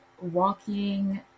walking